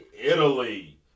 Italy